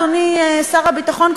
אדוני שר הביטחון,